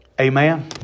Amen